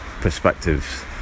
perspectives